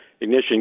ignition